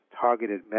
targeted